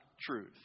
truth